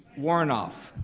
warnoff.